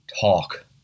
talk